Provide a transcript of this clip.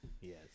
Yes